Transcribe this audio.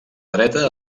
dreta